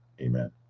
Amen